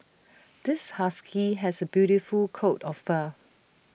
this husky has A beautiful coat of fur